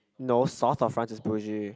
no south of France is bougy